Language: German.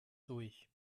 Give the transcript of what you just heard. durch